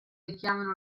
richiamano